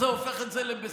זה הופך את זה לבסדר?